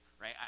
right